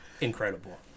incredible